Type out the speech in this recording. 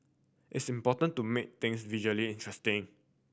it's important to make things visually interesting